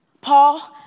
Paul